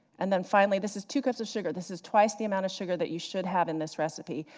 and then finally this is two cups of sugar, this is twice the amount of sugar that you should have in this recipe.